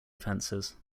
offences